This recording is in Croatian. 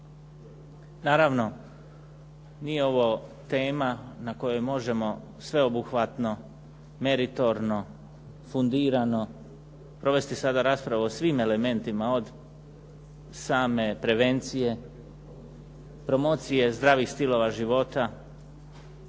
Naravno, nije ovo tema na kojoj možemo sveobuhvatno, meritorno, fundirano provesti sada raspravu o svim elementima od same prevencije, promocije zdravih stilova života.